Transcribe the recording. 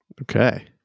Okay